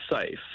safe